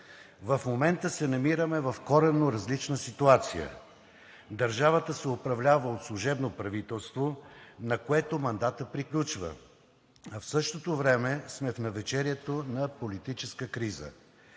В момента се намираме в коренно различна ситуация – държавата се управлява от служебно правителство, на което мандатът приключва, а в същото време сме в навечерието на политическа криза.